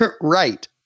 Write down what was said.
Right